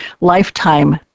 lifetime